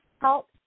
help